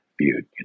viewed